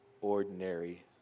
ordinary